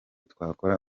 twakora